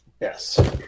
Yes